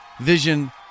vision